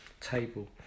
table